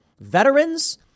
veterans